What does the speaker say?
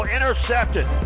Intercepted